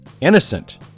innocent